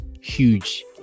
huge